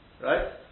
Right